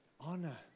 Honor